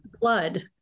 blood